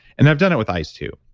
and i've done it with ice too.